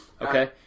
okay